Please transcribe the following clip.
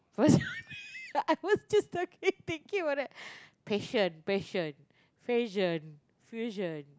I was just talking thinking about that fusion fusion fusion fusion